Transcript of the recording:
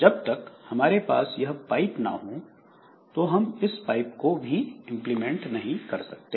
जब तक हमारे पास यह पाइप ना हो हम इस पाइप को भी इंप्लीमेंट नहीं कर सकते